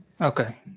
Okay